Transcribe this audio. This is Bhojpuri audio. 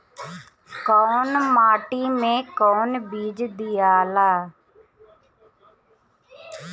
कौन माटी मे कौन बीज दियाला?